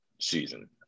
season